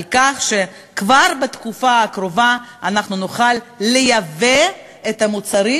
על כך שכבר בתקופה הקרובה נוכל לייבא את המוצרים,